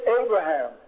Abraham